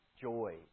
joy